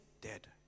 dead